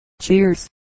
Cheers